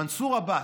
מנסור עבאס,